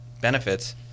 benefits